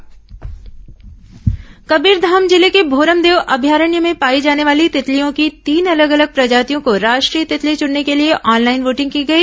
राष्ट्रीय तितली चयन कबीरधाम जिले के भोरमदेव अभयारण्य में पाई जाने वाली तितलियों की तीन अलग अलग प्रजातियों को राष्ट्रीय तितली चुनने के लिए ऑनलाइन वोटिंग की गई